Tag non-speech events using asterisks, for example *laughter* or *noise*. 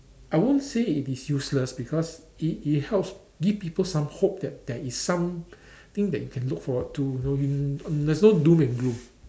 I won't say it is useless because it it helps give people some hope that there is something that you can look forward to you know *noise* there's no doom and gloom